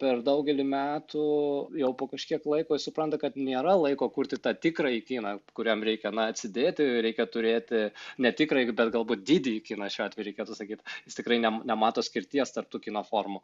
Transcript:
per daugelį metų jau po kažkiek laiko jis supranta kad nėra laiko kurti tą tikrąjį kiną kuriam reikia na atsidėti reikia turėti ne tikrąjį bet galbūt didįjį kiną šiuo atveju reikėtų sakyt jis tikrai nem nemato skirties tarp tų kino formų